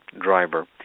driver